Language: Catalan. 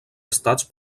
estats